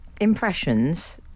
impressions